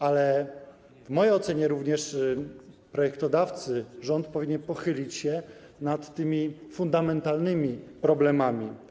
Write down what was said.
Ale w mojej ocenie również projektodawcy i rząd powinni pochylić się nad fundamentalnymi problemami.